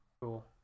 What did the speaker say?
cool